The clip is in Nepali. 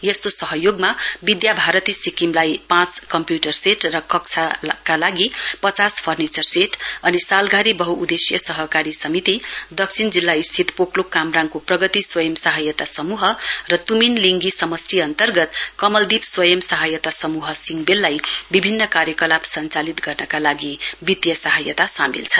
यस्तो सहयोगमा विधा भारती सिक्किमलाई पाँच कम्प्यूटर सेन्ट र कक्षाका लागि पचास फर्निचर सेट अनि सालधारी बध्उदेश्यीय सहकारी समिति दक्षिण जिल्ला स्थित पोकलोक कामराङको प्रगति स्वंय सहायता समूह र त्मिन लिंगी समष्टि अन्तर्गत कमलदीप स्वयं सहायता समूह सिङबेललाई बिभिन्न कार्यकलाप संचालित गर्नका लागि वितीय सहायता सामेल छन्